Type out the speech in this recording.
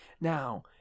now